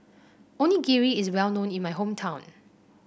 Onigiri is well known in my hometown